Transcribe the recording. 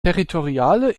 territoriale